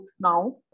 now